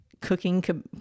cooking